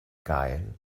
geil